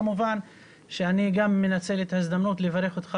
אני כמובן גם מנצל את ההזדמנות לברך אותך